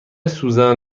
سوزن